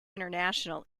international